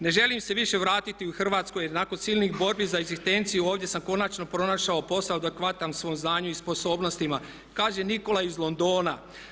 Ne želim se više vratiti u Hrvatsku jer nakon silnih borbi za egzistenciju ovdje sam konačno pronašao posao adekvatan svom znanju i sposobnostima." kaže Nikola iz Londona.